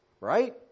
right